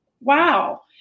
wow